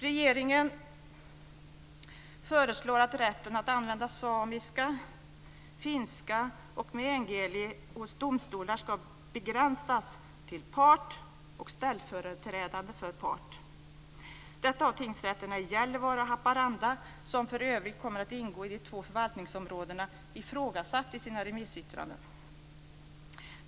Regeringen föreslår att rätten att använda samiska, finska och meänkieli hos domstolar ska begränsas till part och ställföreträdare för part. Detta har tingsrätterna i Gällivare och Haparanda, som för övrigt kommer att ingå i de två förvaltningsområdena, ifrågasatt i sina remissyttranden.